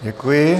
Děkuji.